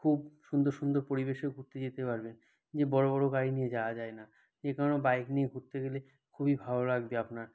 খুব সুন্দর সুন্দর পরিবেশেও ঘুরতে যেতে পারবেন যে বড় বড় গাড়ি নিয়ে যাওয়া যায় না যে কারণে বাইক নিয়ে ঘুরতে গেলে খুবই ভালো লাগবে আপনার